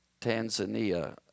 Tanzania